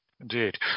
Indeed